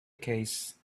case